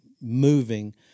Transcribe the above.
moving